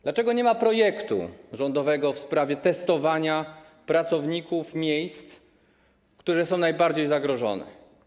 Dlaczego nie ma projektu rządowego w sprawie testowania pracowników miejsc, które są najbardziej zagrożone?